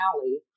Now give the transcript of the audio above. alley